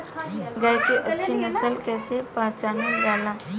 गाय के अच्छी नस्ल कइसे पहचानल जाला?